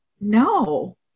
no